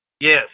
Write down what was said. Yes